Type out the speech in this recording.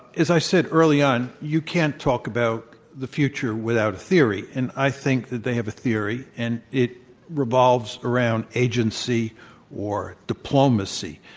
as i said early on, you can't talk about the future without a theory and i think that they have a theory and it revolves around agency or diplomacy.